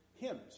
hymns